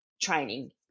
training